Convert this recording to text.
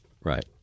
Right